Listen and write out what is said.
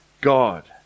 God